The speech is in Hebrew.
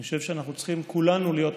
אני חושב שאנחנו צריכים כולנו להיות מעורבים,